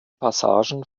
passagen